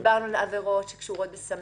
דיברנו על עבירות שקשורות בסמים,